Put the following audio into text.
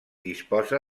disposa